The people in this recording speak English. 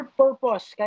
purpose